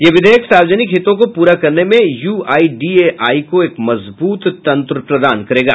यह विधेयक सार्वजनिक हितों को पूरा करने में यूआईडीएआई को एक मजबूत तंत्र प्रदान करेगा